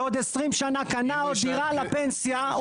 בעוד עשרים שנה קנה עוד דירה על הפנסיה,